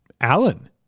Alan